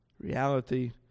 Reality